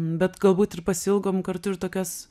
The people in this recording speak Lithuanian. bet galbūt ir pasiilgom kartu ir tokios